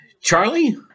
Charlie